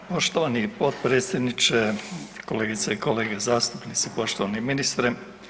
Poštovani potpredsjedniče, kolegice i kolege zastupnici, poštovani ministre.